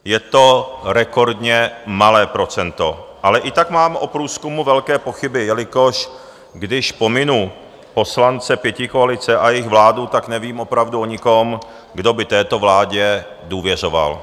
Je to rekordně malé procento, ale i tak mám o průzkumu velké pochyby, jelikož když pominu poslance pětikoalice a jejich vládu, tak nevím opravdu o nikom, kdo by této vládě důvěřoval.